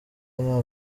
nta